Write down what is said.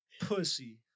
pussy